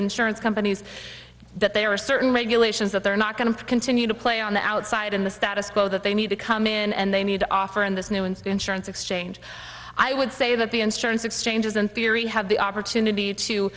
insurance companies that there are certain regulations that they're not going to continue to play on the outside in the status quo that they need to come in and they need to offer in this new and insurance exchange i would say that the instance exchanges in theory have the opportunity to